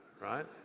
right